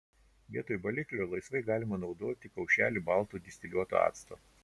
vietoj baliklio laisvai galima naudoti kaušelį balto distiliuoto acto